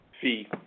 fee